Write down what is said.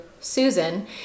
Susan